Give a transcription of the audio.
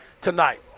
tonight